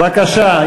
בבקשה.